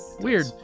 Weird